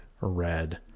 red